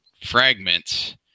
fragments